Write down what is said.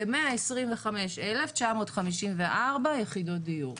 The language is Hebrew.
כ- 125,954 יחידות דיור.